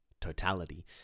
totality